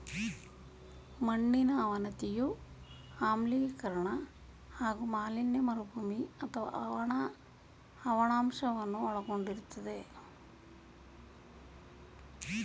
ಮಣ್ಣಿನ ಅವನತಿಯು ಆಮ್ಲೀಕರಣ ಹಾಗೂ ಮಾಲಿನ್ಯ ಮರುಭೂಮಿ ಅಥವಾ ಲವಣಾಂಶವನ್ನು ಒಳಗೊಂಡಿರ್ತದೆ